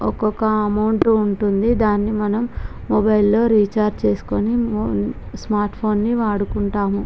ఒక్కొక్క అమౌంట్ ఉంటుంది దాన్ని మనం మొబైల్లో రీఛార్జ్ చేసుకుని స్మార్ట్ ఫోన్ని వాడుకుంటాము